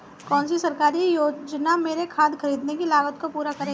कौन सी सरकारी योजना मेरी खाद खरीदने की लागत को पूरा करेगी?